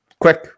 quick